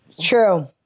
True